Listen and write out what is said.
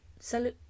salut